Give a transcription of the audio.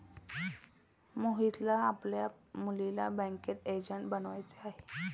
मोहितला आपल्या मुलीला बँकिंग एजंट बनवायचे आहे